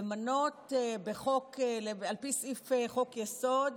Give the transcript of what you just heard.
על פי סעיף בחוק-יסוד: